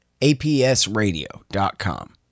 APSradio.com